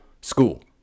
School